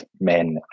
men